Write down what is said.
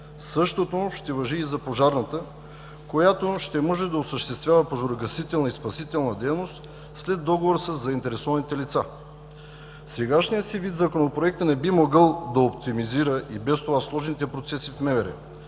Същото ще важи и за пожарната, която ще може да осъществява пожарогасителна и спасителна дейност след договор със заинтересованите лица. В сегашният си вид Законопроектът не би могъл да оптимизира и без това сложните процеси в МВР.